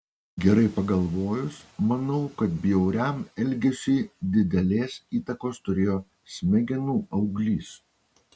gerai pagalvojus manau kad bjauriam elgesiui didelės įtakos turėjo smegenų auglys